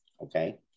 okay